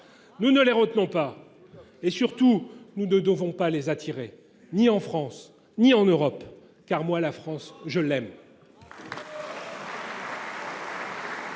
nous ne les retenons pas. Tout à fait ! Surtout, nous ne devons plus les attirer, ni en France ni en Europe, car, moi, la France, je l’aime